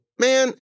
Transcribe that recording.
man